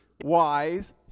wise